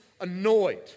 annoyed